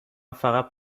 فقط